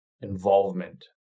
involvement